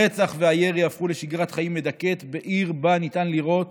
הרצח והירי הפכו לשגרת חיים מדכאת בעיר שבה ניתן לראות